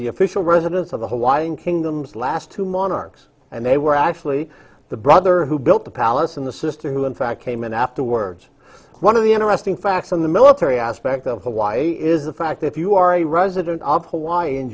the official residence of the hawaiian kingdom's last two monarchs and they were actually the brother who built the palace in the sister who in fact came in afterwards one of the interesting facts on the military aspect of hawaii is the fact if you are a resident of hawaii an